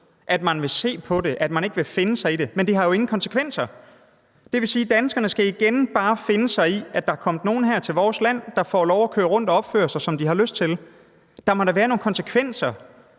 at man vil se på det, at man ikke vil finde sig i det? Men det har jo ingen konsekvenser. Det vil sige, at danskerne igen bare skal finde sig i, at der er kommet nogle her til vores land, der får lov at køre rundt og opføre sig, som de har lyst til. Der må da være nogle konsekvenser.